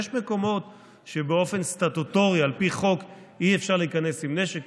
יש מקומות שבאופן סטטוטורי על פי חוק אי-אפשר להיכנס אליהם עם נשק,